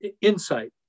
insight